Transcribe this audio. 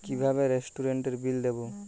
কিভাবে রেস্টুরেন্টের বিল দেবো?